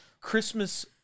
Christmas